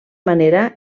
manera